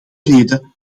reden